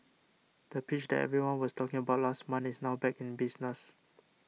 the pitch that everyone was talking about last month is now back in business